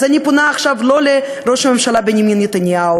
אז אני פונה עכשיו לא לראש הממשלה בנימין נתניהו,